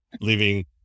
Leaving